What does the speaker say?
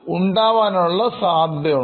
ഉണ്ടാവാനുള്ള സാധ്യതയുണ്ട്